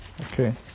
okay